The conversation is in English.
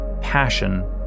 passion